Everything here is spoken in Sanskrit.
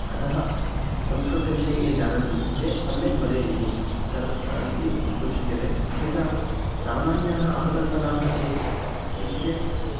अतः संस्कृतविषये ये जानन्ति ते सम्यक् वदेयुः सर् इति वक्तुं शक्यते अपि च सामान्याः अपकल्पनाः के इति चेत्